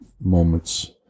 moments